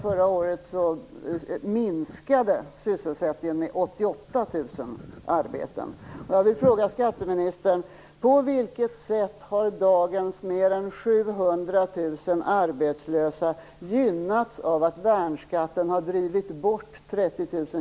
Förra året minskade sysselsättningen med 88 000 arbeten.